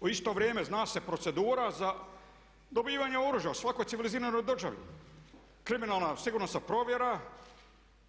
U isto vrijeme zna se procedura za dobivanje oružja u svakoj civiliziranoj državi, kriminalna sigurnosna provjera